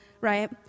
Right